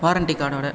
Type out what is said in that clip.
warranty கார்டோட